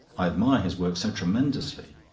i admire his work so tremendously.